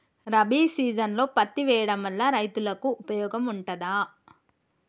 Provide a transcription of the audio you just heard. రబీ సీజన్లో పత్తి వేయడం వల్ల రైతులకు ఉపయోగం ఉంటదా?